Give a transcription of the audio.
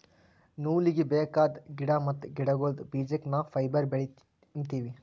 ನೂಲೀಗಿ ಬೇಕಾದ್ ಗಿಡಾ ಮತ್ತ್ ಗಿಡಗೋಳ್ದ ಬೀಜಕ್ಕ ನಾವ್ ಫೈಬರ್ ಬೆಳಿ ಅಂತೀವಿ